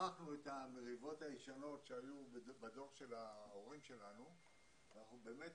ושכחנו את המריבות הישנות שהיו בדור של ההורים שלנו ואנחנו באמת